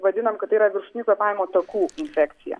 vadinam kad tai yra viršutinių kvėpavimo takų infekcija